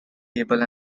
cable